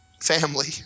family